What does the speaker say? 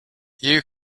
you